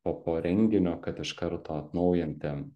po po renginio kad iš karto atnaujinti